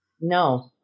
No